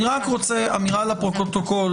אני רק רוצה אמירה לפרוטוקול,